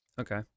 Okay